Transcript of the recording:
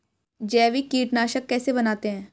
जैविक कीटनाशक कैसे बनाते हैं?